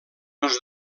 els